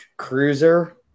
cruiser